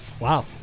Wow